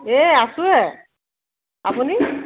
এই আছোৱে আপুনি